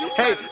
hey